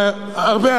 הרבה אמרו.